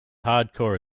hardcore